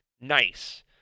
nice